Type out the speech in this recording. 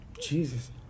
Jesus